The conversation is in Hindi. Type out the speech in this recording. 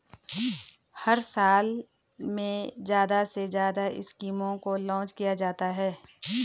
हर एक साल में ज्यादा से ज्यादा स्कीमों को लान्च किया जाता है